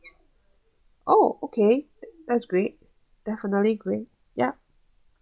oh okay that's great definitely great yup